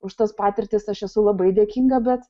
už tas patirtis aš esu labai dėkinga bet